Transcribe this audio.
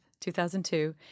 2002